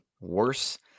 worse